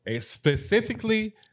specifically